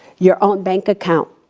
your own bank account,